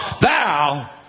Thou